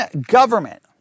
government